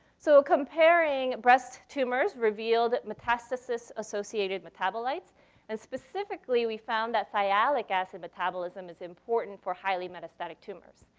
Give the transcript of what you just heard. so comparing breast tumors revealed metastasis-associated metabolites and specifically we found that sialic acid metabolism is important for highly-metastatic tumors.